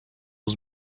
was